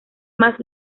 más